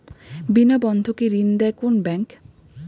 বিনা বন্ধকে ঋণ দেয় কোন ব্যাংক?